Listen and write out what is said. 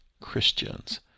Christians